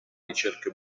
ricerche